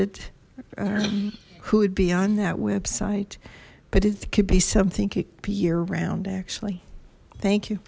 would be on that website but it could be something could be year round actually thank you